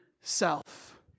self